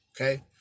okay